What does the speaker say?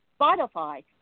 Spotify